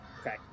Okay